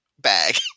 bag